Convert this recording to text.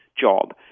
job